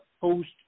post